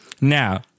Now